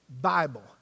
Bible